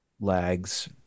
lags